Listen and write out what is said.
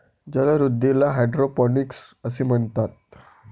जलवृद्धीला हायड्रोपोनिक्स असे म्हणतात